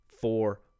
four